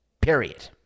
period